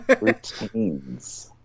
Routines